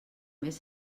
mes